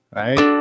right